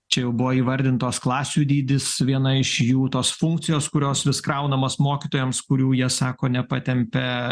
čia jau buvo įvardintos klasių dydis viena iš jų tos funkcijos kurios vis kraunamos mokytojams kurių jie sako nepatempia